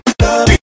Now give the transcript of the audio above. love